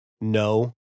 no